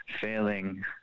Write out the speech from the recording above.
failing